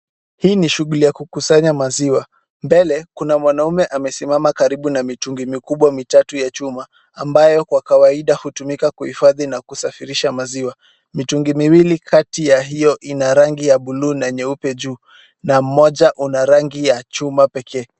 Hii ni shughuli ya kukusanya maziwa. Mbele kuna mwanaume amesimama karibu na mitungi mikubwa mitatu ya chuma, ambayo kwa kawaida hutumika kuhifadhi na kusafirisha maziwa. Mitungi miwili kati ya hiyo ina rangi ya buluu na nyeupe juu na mmoja una rangi ya chuma pekee.